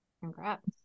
Congrats